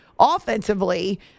offensively